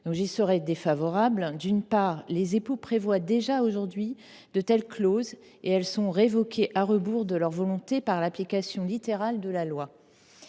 en commission. Or, d’une part, les époux prévoient déjà aujourd’hui de telles clauses, qui sont révoquées à rebours de leur volonté par une application littérale de la loi.